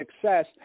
success